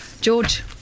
George